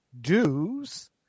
dues